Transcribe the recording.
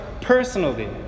personally